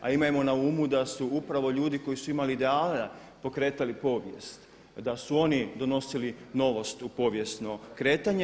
A imajmo na umu da su upravo ljudi koji su imali ideale pokretali povijest, da su oni donosili novost u povijesno kretanje.